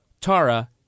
Tara